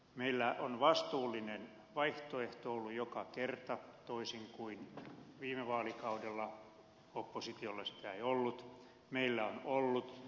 meillä on vastuullinen vaihtoehto ollut joka kerta toisin kuin viime vaalikaudella oppositiolla sitä ei ollut meillä on ollut